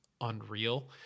unreal